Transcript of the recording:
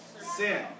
sin